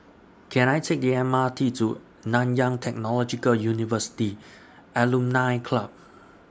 Can I Take The M R T to Nanyang Technological University Alumni Club